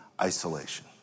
isolation